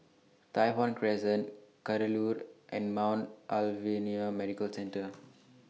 Tai Hwan Crescent Kadaloor and Mount Alvernia Medical Centre